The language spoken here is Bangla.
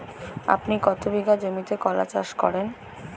আপনি কত বিঘা জমিতে কলা চাষ করেন?